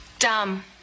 Dumb